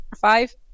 five